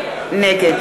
נגד